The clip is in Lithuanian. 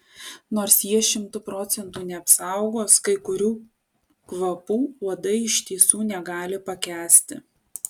nors jie šimtu procentų neapsaugos kai kurių kvapų uodai iš tiesų negali pakęsti